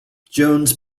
jones